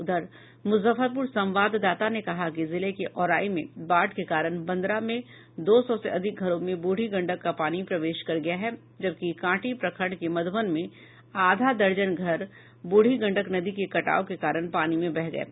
उधर मुजफ्फरपुर संवाददाता ने कहा है कि जिले के औराई में बाढ़ के कारण बंदरा में दो सौ से अधिक घरों में बूढ़ी गंडक का पानी प्रवेश कर गया है जबकि कांटी प्रखंड के मध्रबन में आधा दर्जन घर ब्रूढ़ी गंडक नदी के कटाव के कारण पानी में बह गये